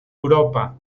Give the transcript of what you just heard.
europa